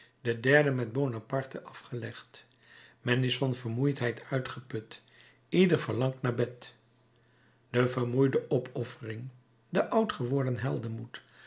den derden met bonaparte afgelegd men is van vermoeidheid uitgeput ieder verlangt naar bed de vermoeide opoffering de oud geworden heldenmoed de